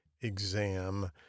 exam